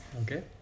Okay